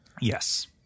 Yes